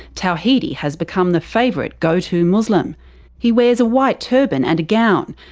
tawhidi has become the favourite go-to-muslim. he wears a white turban and a gown.